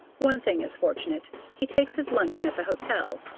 one thing is fortunate he takes his luncheon at the hotel,